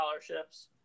scholarships